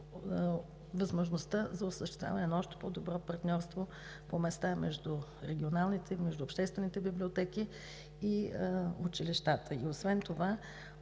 възможността за осъществяване на още по-добро партньорство по места между регионалните, обществените библиотеки и училищата. Освен това,